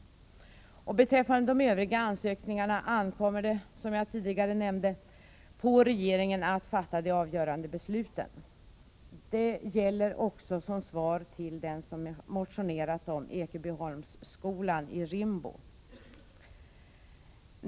Och beträffande de övriga ansökningarna ankommer det, som jag tidigare nämnde, på regeringen att fatta de avgörande besluten. Detta gäller också som svar till dem som motionerat om Ekebyholmsskolan i Rimbo.